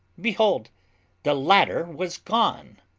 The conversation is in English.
behold the ladder was gone.